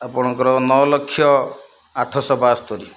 ଆପଣଙ୍କର ନଅ ଲକ୍ଷ ଆଠଶହ ବାସ୍ତରି